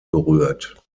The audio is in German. berührt